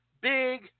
big